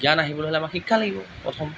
জ্ঞান আহিবলৈ হ'লে আমাক শিক্ষা লাগিব প্ৰথম